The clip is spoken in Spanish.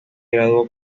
graduó